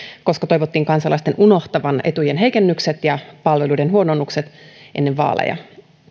koska toivottiin kansalaisten unohtavan etujen heikennykset ja palveluiden huononnukset ennen vaaleja